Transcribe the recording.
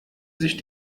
sich